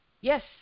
yes